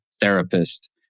therapist